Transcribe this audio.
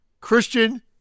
Christian